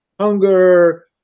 hunger